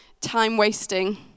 time-wasting